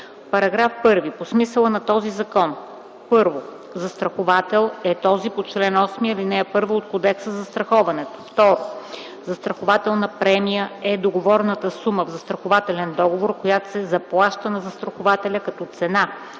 „§ 1. По смисъла на този закон: 1. „Застраховател” е този по чл. 8, ал. 1 от Кодекса за застраховането. 2. „Застрахователна премия” е договорената сума в застрахователен договор, която се заплаща на застрахователя като цена